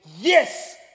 yes